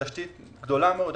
תשתית גדולה מאוד,